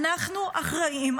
אנחנו אחראים,